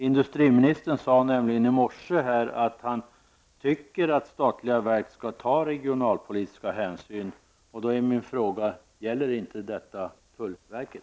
Industriministern sade nämligen i morse att han tycker att statliga verk skall ta regionalpolitiska hänsyn. Då är min fråga: Gäller detta inte tullverket?